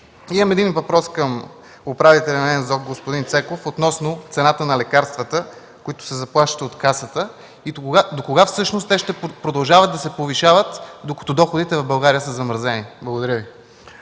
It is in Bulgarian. Имам и въпрос към управителя на НЗОК господин Цеков относно цената на лекарствата, които се заплащат от Касата. Докога всъщност те ще продължават да се повишават, докато доходите в България са замразени? Благодаря.